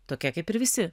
tokia kaip ir visi